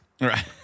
Right